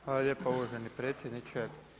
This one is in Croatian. Hvala lijepa uvaženi predsjedniče.